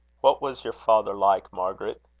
what was your father like, margaret?